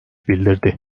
bildirdi